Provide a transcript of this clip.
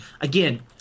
again